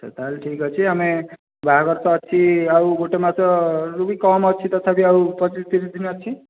ଆଛା ତାହେଲେ ଠିକ୍ ଅଛି ଆମେ ବାହାଘର ତ ଅଛି ଆଉ ଗୋଟେ ମାସ ରୁ ବି କମ୍ ଅଛି ତଥାପି ଆଉ ପଚିଶ ତିରିଶ ଦିନ ଅଛି